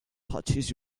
touches